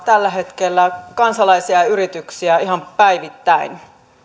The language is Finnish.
tällä hetkellä kansalaisia ja yrityksiä ihan päivittäin